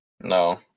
No